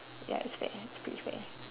ya it's fair it's pretty happy fair